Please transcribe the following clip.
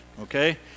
Okay